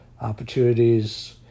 opportunities